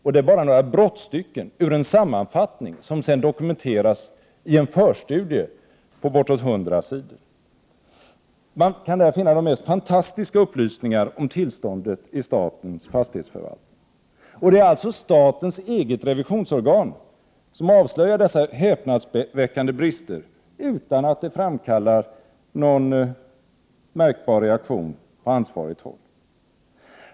Detta är bara några brottstycken ur en sammanfattning, som dokumenteras i en förstudie på bortåt 100 sidor. Man kan där finna de mest fantastiska upplysningar om tillståndet i statens fastighetsförvaltning. Det är alltså statens eget revisionsorgan som avslöjar dessa häpnadsväckande brister, utan att det framkallar någon märkbar reaktion på ansvarigt håll.